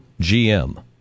GM